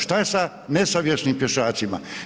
Šta je sa nesavjesnim pješacima?